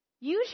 usually